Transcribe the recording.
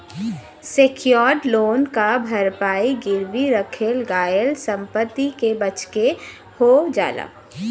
secured loan क भरपाई गिरवी रखल गयल संपत्ति के बेचके हो जाला